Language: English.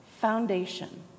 foundation